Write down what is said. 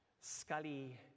Scully